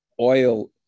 oil